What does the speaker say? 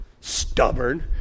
Stubborn